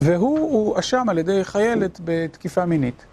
והוא הואשם על ידי חיילת בתקיפה מינית